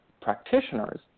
practitioners